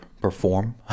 perform